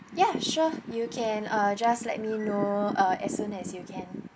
ya sure you can uh just let me know uh as soon as you can